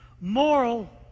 moral